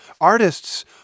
Artists